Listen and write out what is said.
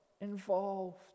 involved